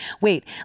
wait